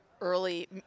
Early